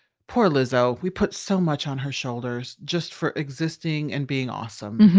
poor lizzo, we put so much on her shoulders just for existing and being awesome.